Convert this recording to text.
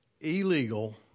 illegal